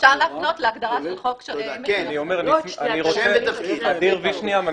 אפשר להפנות להגדרה של חוק --- אני מנכ"ל אשכולות,